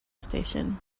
station